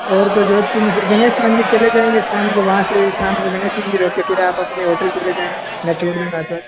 और तो जोधपुर मे फिर गनेश मंदिर चले जाएंगे शाम को वहाँ से शाम को गनेश मंदिर हो के फिर आप अपने होटल चले जाना मैं छोड़ दूँगा सर